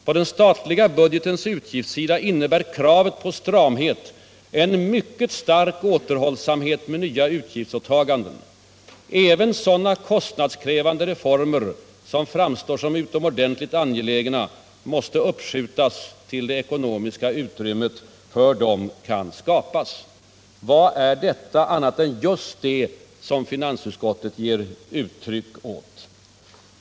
—-—-- På den statliga budgetens utgiftssida innebär kravet på stramhet en mycket stark återhållsamhet med nya utgiftsåtaganden. Även sådana kostnadskrävande reformer som framstår som utomordentligt angelägna måste uppskjutas tills det ekonomiska utrymmet för dem kan skapas.” Vad är detta annat än just det som finansutskottet ger uttryck åt?